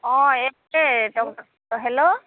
অঁ এই হেল্ল'